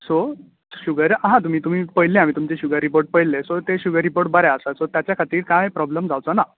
so sugar आहा तुमी तुमी पयल्ले हांवें शुगर तुमचे रिपोर्ट पयल्लें सो ते शुगर रिपोर्ट बरें आसा ताच्या खातीर कांय प्रोब्लम जावचो ना